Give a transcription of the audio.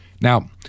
Now